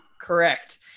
Correct